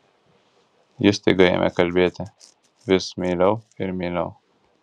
ji staiga ėmė kalbėti vis meiliau ir meiliau